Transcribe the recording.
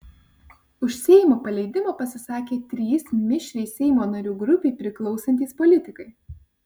už seimo paleidimą pasisakė trys mišriai seimo narių grupei priklausantys politikai